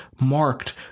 marked